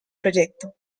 proyecto